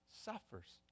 suffers